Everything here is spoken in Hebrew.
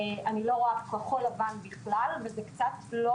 אני לא רואה כחול-לבן בכלל וזה קצת לא